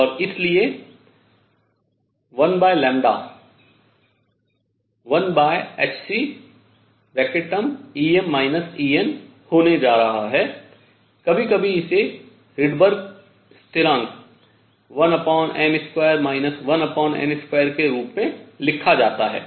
और इसलिए 1 1hcEm En होने जा रहा है कभी कभी इसे Rydberg स्थिरांक 1m2 1n2 के रूप में लिखा जाता है